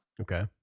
Okay